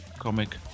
comic